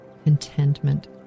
contentment